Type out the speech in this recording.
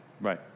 Right